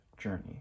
journey